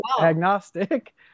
agnostic